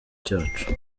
cyacu